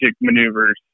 maneuvers